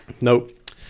nope